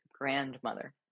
grandmother